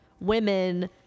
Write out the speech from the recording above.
women